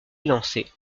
élancée